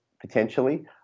potentially